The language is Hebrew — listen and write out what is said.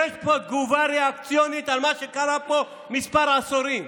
יש פה תגובה ריאקציונית למה שקרה פה כמה עשורים,